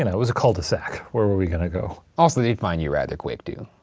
and it was a cul-de-sac. where were we gonna go? also, they'd find you rather quick, too.